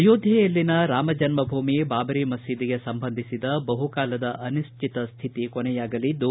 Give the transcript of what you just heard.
ಅಯೋಧ್ಯೆಯಲ್ಲಿನ ರಾಮ ಜನ್ನಭೂಮಿ ಬಾಬರಿ ಮಸೀದಿಗೆ ಸಂಬಂಧಿಸಿದ ಬಹುಕಾಲದ ಅನಿಶ್ಚಿತ ಸ್ವಿತಿ ಕೊನೆಯಾಗಲಿದ್ದು